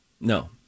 No